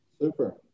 Super